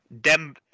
dem